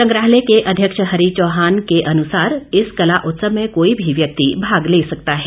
संग्रहालय के अध्यक्ष हरी चौहान के अनुसार इस कला उत्सव में कोई भी व्यक्ति भाग ले सकता है